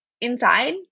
inside